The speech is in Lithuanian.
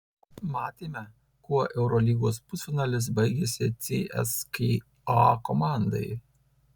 matėme kuo eurolygos pusfinalis baigėsi cska komandai